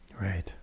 Right